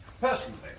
personally